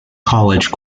college